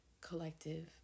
collective